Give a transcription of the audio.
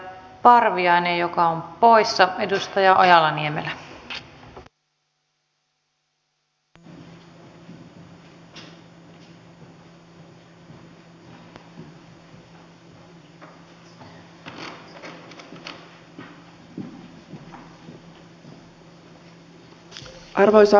parviainen joka on poissa edustaja ojala niemelä arvoisa rouva puhemies